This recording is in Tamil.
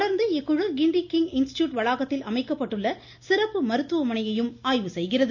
தொடர்ந்து இக்குழ கிண்டி கிங் இன்ஸ்டிடியூட் வளாகத்தில் அமைக்கப்பட்டுள்ள சிறப்பு மருத்துவமனையையும் ஆய்வு செய்கிறது